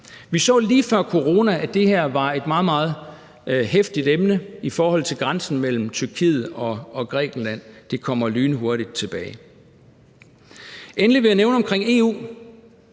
Vi så lige før corona, at det her var et meget, meget heftigt emne i forhold til grænsen mellem Tyrkiet og Grækenland. Det kommer lynhurtigt tilbage. Endelig vil jeg nævne omkring EU,